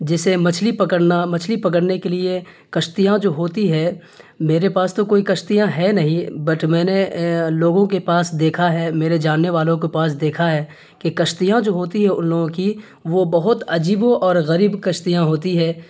جیسے مچھلی پکڑنا مچھلی پکڑنے کے لیے کشتیاں جو ہوتی ہے میرے پاس تو کوئی کشتیاں ہے نہیں بٹ میں نے لوگوں کے پاس دیکھا ہے میرے جاننے والوں کے پاس دیکھا ہے کہ کشتیاں جو ہوتی ہے ان لوگوں کی وہ بہت عجیب و اور غریب کشیاں ہوتی ہے